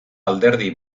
alderdi